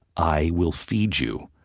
i will feed you.